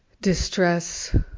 distress